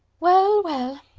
well, well,